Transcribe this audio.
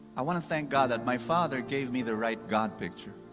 i want to thank god that my father gave me the right god picture.